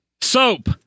Soap